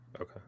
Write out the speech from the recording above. Okay